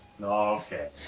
Okay